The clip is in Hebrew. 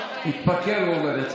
התפקר, הוא אומר.